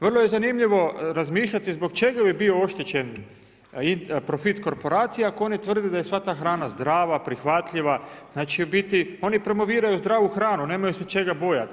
Vrlo je zanimljivo razmišljati, zbog čega bi bio oštećen, profit korporacija, ako oni tvrde da je sva ta hrana, zdrava, prihvatljiva, znači u biti oni promoviraju zdravu hranu, nemaju se čega bojati.